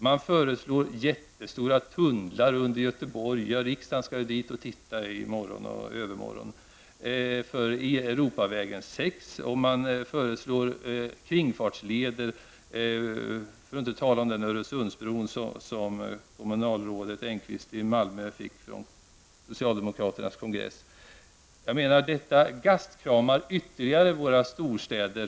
Man föreslår mycket stora tunnlar i marken under Göteborg -- riksdagen skall ju vara där i morgon och i övermorgon för att titta på det hela -- för Europaväg 6. Vidare föreslås kringfartsleder. Och inte minst är det fråga om Allt detta gastkramar ytterligare våra storstäder.